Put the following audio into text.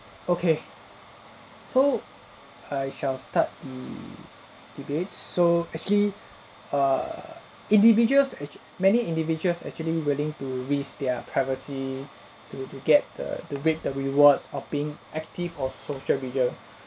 okay so I shall start the debate so actually err individuals actu~ many individuals actually willing to risk their privacy to to get the to reap the rewards of being active of social media